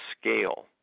scale